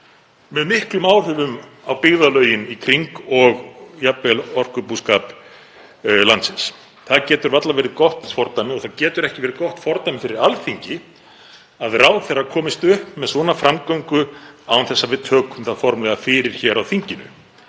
með miklum áhrifum á byggðarlögin í kring og jafnvel orkubúskap landsins? Það getur varla verið gott fordæmi. Og það getur ekki verið gott fordæmi fyrir Alþingi að ráðherra komist upp með svona framgöngu án þess að við tökum það formlega fyrir á þinginu,